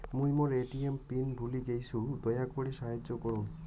মুই মোর ATM PIN ভুলে গেইসু, দয়া করি সাহাইয্য করুন